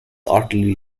artillery